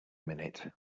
minute